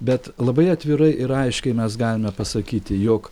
bet labai atvirai ir aiškiai mes galime pasakyti jog